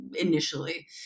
initially